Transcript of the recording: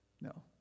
No